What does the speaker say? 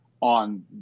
on